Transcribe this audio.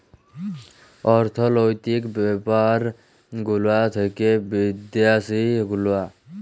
অর্থলৈতিক ব্যাপার গুলা থাক্যে বিদ্যাসি গুলা